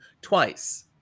twice